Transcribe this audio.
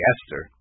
Esther